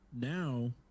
now